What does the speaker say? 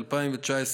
2019,